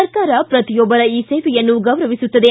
ಸರ್ಕಾರ ಪ್ರತಿಯೊಬ್ಬರ ಈ ಸೇವೆಯನ್ನು ಗೌರವಿಸುತ್ತದೆ